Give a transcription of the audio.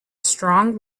strong